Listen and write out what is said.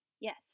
Yes